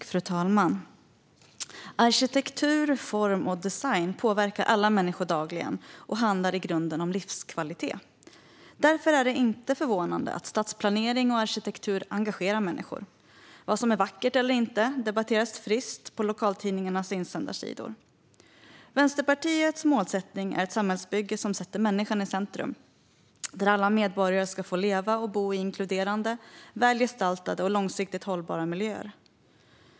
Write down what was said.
Fru talman! Arkitektur, form och design påverkar alla människor dagligen och handlar i grunden om livskvalitet. Därför är det inte förvånande att stadsplanering och arkitektur engagerar människor. Vad som är vackert eller inte debatteras friskt på lokaltidningarnas insändarsidor. Vänsterpartiets målsättning är ett samhällsbygge som sätter människan i centrum. Alla medborgare ska få leva och bo inkluderande i väl gestaltade och långsiktigt hållbara miljöer.